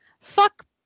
Fuck